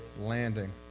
landing